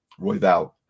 Royval